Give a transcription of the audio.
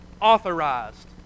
authorized